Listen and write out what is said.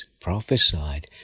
prophesied